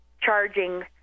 charging